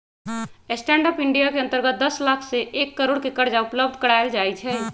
stand up India के अंतर्गत दस लाख से एक करोड़ के करजा उपलब्ध करायल जाइ छइ